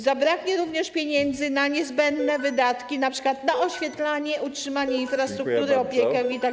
Zabraknie również pieniędzy na niezbędne wydatki, np. na oświetlenie, utrzymanie infrastruktury, opiekę itd.